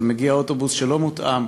אבל מגיע אוטובוס שלא מותאם